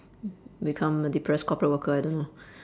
become a depressed corporate worker I don't know